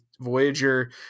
Voyager